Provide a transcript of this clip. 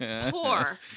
poor